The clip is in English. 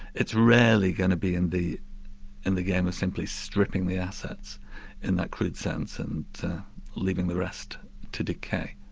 it's rarely going to be in the in the game of simply stripping the assets in that crude sense, and leaving the rest to decay.